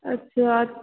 अच्छा